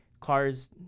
cars